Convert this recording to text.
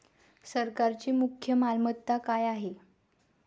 सरकारची मुख्य मालमत्ता काय आहे?